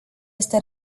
este